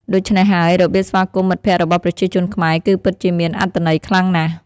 ដូច្នេះហើយ របៀបស្វាគមន៍មិត្តភក្តិរបស់ប្រជាជនខ្មែរគឺពិតជាមានអត្ថន័យខ្លាំងណាស់។